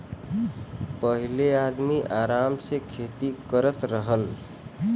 पहिले आदमी आराम से खेती करत रहल